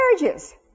marriages